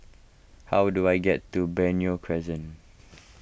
how do I get to Benoi Crescent